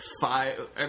five